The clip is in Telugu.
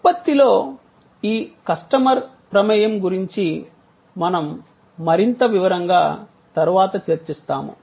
ఉత్పత్తిలో ఈ కస్టమర్ ప్రమేయం గురించి మనం మరింత వివరంగా తరువాత చర్చిస్తాము